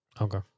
Okay